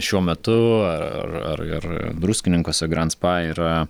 šiuo metu ar ar ar ar druskininkuose grand spa yra